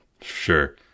Sure